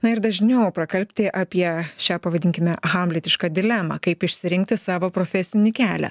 na ir dažniau prakalbti apie šią pavadinkime hamletišką dilemą kaip išsirinkti savo profesinį kelią